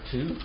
Two